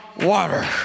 water